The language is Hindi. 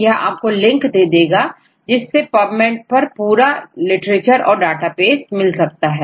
यह आपको लिंक दे देगा जिससेPubmed पर पूरा लिटरेचर और डाटाबेस मिल सकेगा